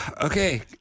Okay